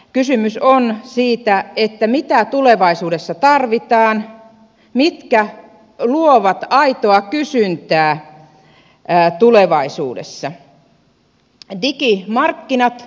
kysymys on siitä mitä tulevaisuudessa tarvitaan mitkä luovat aitoa kysyntää tulevaisuudessa